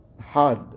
hard